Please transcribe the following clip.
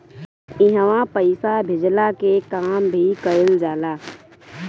इहवा पईसा भेजला के काम भी कइल जाला